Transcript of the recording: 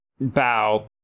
bow